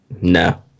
No